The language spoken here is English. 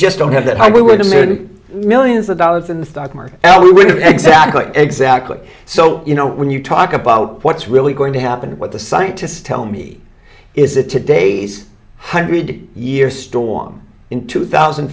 just don't have that how we were millions of dollars in the stock market exactly exactly so you know when you talk about what's really going to happen what the scientists tell me is that today's hundred year storm in two thousand